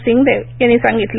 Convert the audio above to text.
सिंगदेव यांनी सांगितल